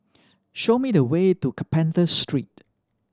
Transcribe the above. show me the way to Carpenter Street